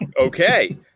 okay